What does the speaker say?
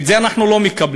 את זה אנחנו לא מקבלים.